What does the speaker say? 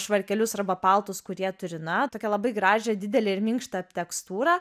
švarkelius arba paltus kurie turi na tokią labai gražią didelę ir minkštą tekstūrą